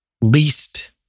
least